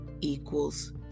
equals